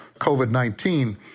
COVID-19